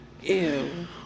Ew